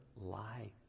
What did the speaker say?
lie